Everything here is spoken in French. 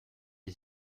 est